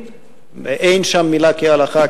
אין שם המלה "כהלכה",